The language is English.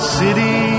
city